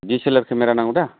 दि S L R camera नांगौ दा